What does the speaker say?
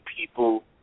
people